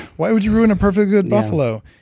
why would you ruin a perfectly good buffalo?